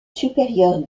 supérieure